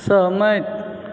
सहमति